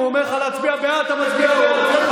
הוא אומר לך להצביע בעד, אתה מצביע בעד.